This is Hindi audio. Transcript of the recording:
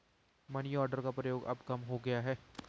मनीआर्डर का प्रयोग अब कम हो गया है